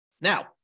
Now